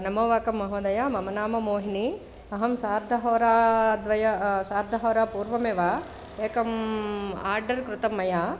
नमो वाकं महोदय मम नाम मोहिनी अहं सार्धहोराद्वय सार्धहोरा पूर्वमेव एकं आर्डर् कृतं मया